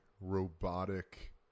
robotic